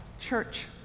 Church